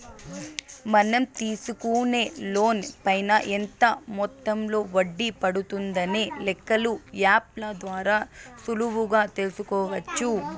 మనం తీసుకునే లోన్ పైన ఎంత మొత్తంలో వడ్డీ పడుతుందనే లెక్కలు యాప్ ల ద్వారా సులువుగా తెల్సుకోవచ్చు